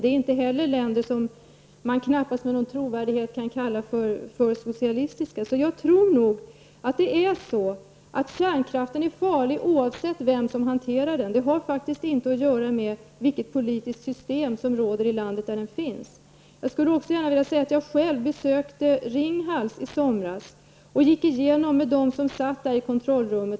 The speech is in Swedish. Det är alltså inte fråga om länder som man med någon trovärdighet kan kalla för socialistiska. Jag tror därför att kärnkraften är farlig oavsett vem som hanterar den. Det har faktiskt inte att göra med vilket politiskt system som råder i landet där den finns. Jag skulle också gärna vilja säga att jag besökte Ringhals i somras och gick igenom det med dem som sitter i kontrollrummet.